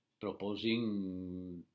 proposing